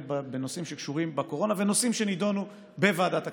בנושאים שקשורים לקורונה ובנושאים שנדונו בוועדת הכספים.